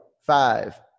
five